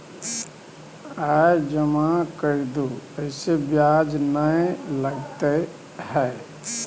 आय जमा कर दू ऐसे ब्याज ने लगतै है?